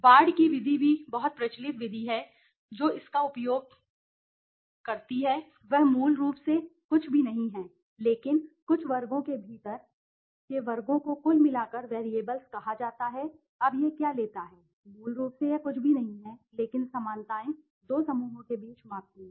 ward की विधि भी बहुत प्रचलित विधि है जो इसका उपयोग करती है वह मूल रूप से है यह मूल रूप से कुछ भी नहीं है लेकिन कुछ वर्गों के भीतर के वर्गों को कुल मिलाकर वैरिएबल्स कहा जाता है अब यह क्या लेता है मूल रूप से यह कुछ भी नहीं है लेकिन समानताएं दो समूहों के बीच मापती हैं